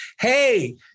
Hey